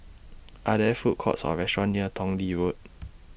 Are There Food Courts Or restaurants near Tong Lee Road